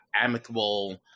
amicable